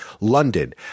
London